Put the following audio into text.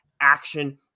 action